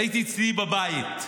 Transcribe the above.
ראיתי אצלי בבית.